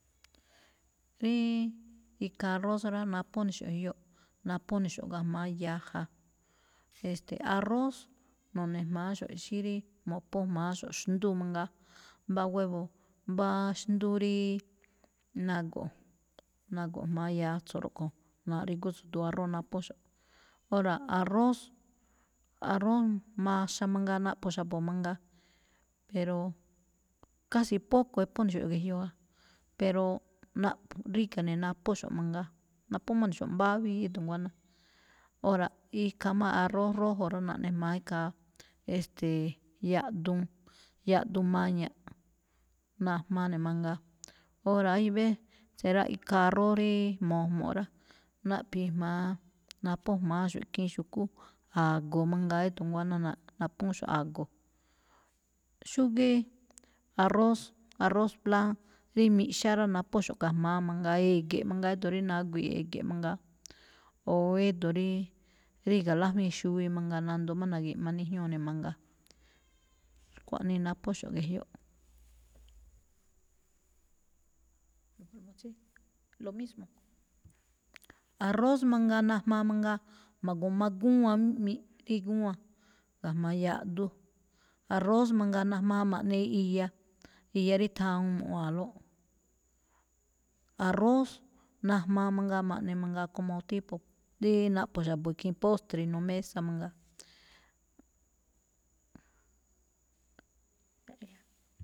Ríí, ikhaa arroz rá, naphó ne̱ xo̱ꞌ jyoꞌ, naphó ne̱ xo̱ꞌ ga̱jma̱á yaja. E̱ste̱e̱, arroz no̱ne̱ jma̱áxo̱ꞌ xí rí mo̱ꞌpho jma̱áxo̱ꞌ xndú mangaa, mbá huevo mbá xndú ríí nago̱ꞌ, nago̱ jma̱á yatso̱ róꞌkho̱, na̱rigu tsu̱du̱u̱ aróo naphóxo̱ꞌ. óra̱ arroz, arroz maxa mangaa naꞌpho̱ xa̱bo̱ mangaa, pero casi poco ephó ne̱ xo̱ꞌ ge̱jyo ja, pero naꞌpho̱ ríga̱ ne̱ naphóxo̱ꞌ mangaa, naphó máꞌ ne xo̱ꞌ mbávíi édo̱ nguáná. Óra̱ ikhaa má arroz rojo rá, naꞌne jma̱á ikhaa, e̱ste̱e̱, yaꞌduun, yaꞌduun maña̱ꞌ najmaa ne̱ mangaa. ora̱, hay vece rá, ikhaa arroz ríí mo̱jmo̱ꞌ rá, naꞌphi̱i̱ jma̱á naphó jma̱áxo̱ꞌ ikhiin xu̱kú a̱go̱ mangaa édo̱ nguáná na̱-naphúúnxo̱ꞌ a̱go̱. Xúgíí arroz, arroz blanc, rí miꞌxá rá, naphóxo̱ꞌ ga̱jma̱á mangaa e̱e̱gi̱ꞌ mangaa édo̱ rí nagui̱i̱ꞌ e̱e̱gi̱ꞌ mangaa. O édo̱ rí, ríga̱ lájwíin xuwi mangaa nandoo má na̱gi̱ꞌma níjñúu ne̱ mangaa. kuaꞌni naphóxo̱ꞌ ge̱jyoꞌ, lo mismo. arroz mangaa najmaa mangaa ma̱gu̱ma gúwan mí, gúwan ga̱jma̱á yáꞌdú. Arroz mangaa najmaa ma̱ꞌne iya, iya rí thawuun mu̱ꞌwa̱a̱nlóꞌ. Arroz najmaa mangaa ma̱ꞌne mangaa como tipo dí naꞌpho̱ xa̱bo̱ ikhiin postre inuu mesa mangaa.